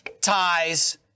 ties